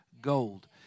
gold